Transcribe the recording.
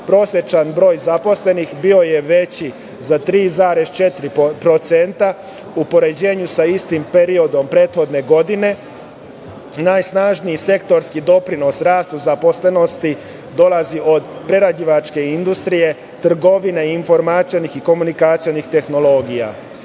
prosečan broj zaposlenih bio je veći za 3,4% u poređenju sa istim periodom prethodne godine. Najsnažniji sektorski doprinos rastu zaposlenosti dolazi od prerađivačke industrije, trgovine, informacionih i komunikacionih tehnologija.I